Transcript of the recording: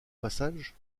passage